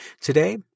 Today